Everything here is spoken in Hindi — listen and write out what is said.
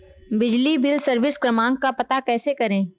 बिजली बिल सर्विस क्रमांक का पता कैसे करें?